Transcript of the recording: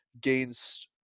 gains